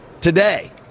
today